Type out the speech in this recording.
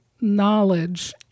knowledge